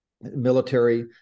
military